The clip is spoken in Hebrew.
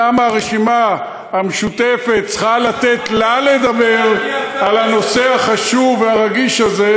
למה הרשימה המשותפת צריכה לתת לה לדבר על הנושא החשוב והרגיש הזה,